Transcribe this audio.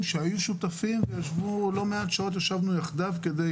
שהיו שותפים וישבו לא מעט שעות יחדיו כדי